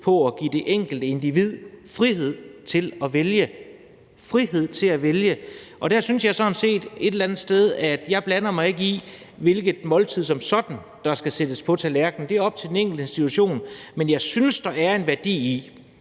på at give det enkelte individ frihed til at vælge – frihed til at vælge. Og der synes jeg sådan set et eller andet sted, at jeg ikke blander mig i, hvilket måltid som sådan der skal sættes på tallerkenen; det er op til den enkelte institution. Men jeg synes, at hvis en mor,